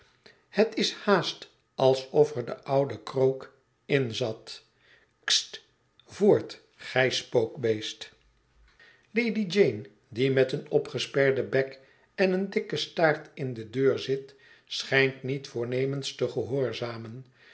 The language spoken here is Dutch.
het is haast alsof er de oude krook in zat kst voort gij spookbeest lady jane die met een opgesperden bek en een dikken staart in de deur zit schijnt niet voornemens te gehoorzamen